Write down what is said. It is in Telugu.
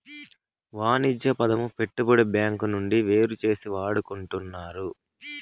వాణిజ్య పదము పెట్టుబడి బ్యాంకు నుండి వేరుచేసి వాడుకుంటున్నారు